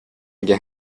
نگه